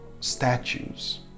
statues